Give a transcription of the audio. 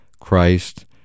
Christ